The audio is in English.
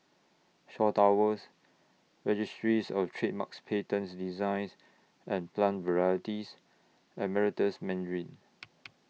Shaw Towers Registries of Trademarks Patents Designs and Plant Varieties and Meritus Mandarin